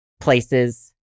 places